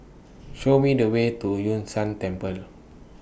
Show Me The Way to Yun Shan Temple